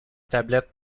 tablette